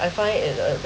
I find it a little